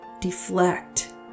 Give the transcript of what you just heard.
deflect